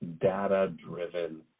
data-driven